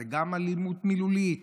זו גם אלימות מילולית,